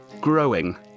growing